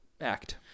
act